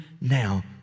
now